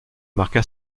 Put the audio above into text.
marqua